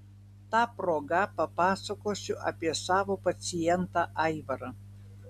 ta proga papasakosiu apie savo pacientą aivarą